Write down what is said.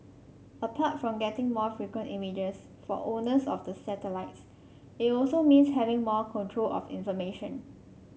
apart from getting more frequent images for owners of the satellites it also means having more control of information